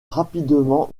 rapidement